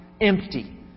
empty